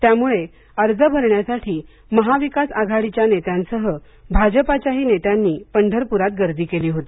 त्यामुळे अर्ज भरण्यासाठी महाविकास आघाडीच्या नेत्यासह भाजपाच्याही नेत्यानी पंढरप्रात गर्दी केली होती